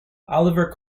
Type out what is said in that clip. oliver